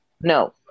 No